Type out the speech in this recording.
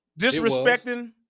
Disrespecting